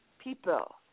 people